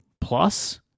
Plus